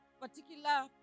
particular